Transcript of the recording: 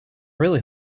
really